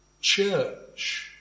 church